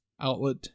outlet